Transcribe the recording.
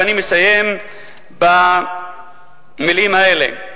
ואני מסיים במלים האלה: